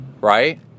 right